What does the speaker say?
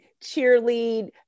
cheerlead